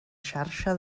xarxa